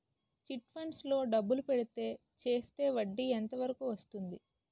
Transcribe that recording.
Chit funds లో డబ్బులు పెడితే చేస్తే వడ్డీ ఎంత వరకు వస్తుంది?